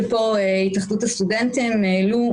שפה התאחדות הסטודנטים העלו,